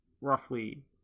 roughly